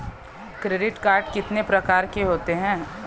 Credit card कितने प्रकार के होते हैं?